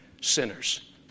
sinners